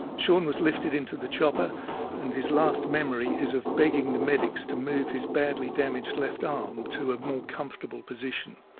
shaun was lifted into the chopper and his last memory is of begging the medics to move his badly damaged left arm um to a more comfortable position.